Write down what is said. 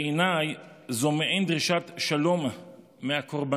בעיניי זו מעין דרישת שלום מהקורבנות